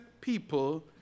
people